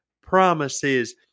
promises